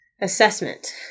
assessment